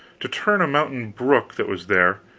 to turn a mountain brook that was there,